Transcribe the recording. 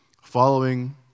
Following